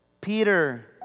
Peter